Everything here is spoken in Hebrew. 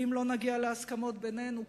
ואם לא נגיע להסכמות בינינו,